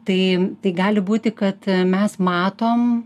tai tai gali būti kad mes matom